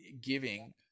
giving